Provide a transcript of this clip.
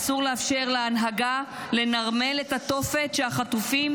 אסור לאפשר להנהגה לנרמל את התופת שהחטופים